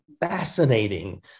fascinating